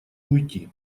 уйти